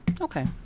Okay